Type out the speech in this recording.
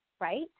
right